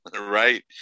Right